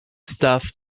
stuff